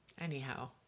Anyhow